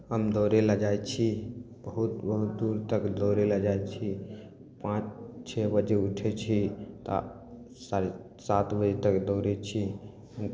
हम दौड़य लए जाइ छी बहुत बहुत दूर तक दौड़य लए जाइ छी पाँच छओ बजे उठय छी आओर साढ़े सात बजे तक दौड़य छी